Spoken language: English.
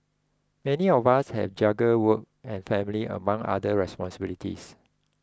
many of us have juggle work and family among other responsibilities